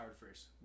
first